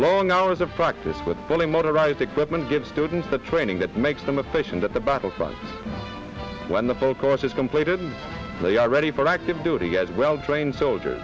long hours of practice with bowling motorized equipment gets students the training that makes them a fish and at the battlefront when the focus is completed and they are ready for active duty as well trained soldiers